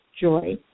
joy